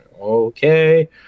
Okay